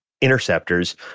interceptors